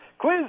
Quiz